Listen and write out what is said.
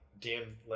Dan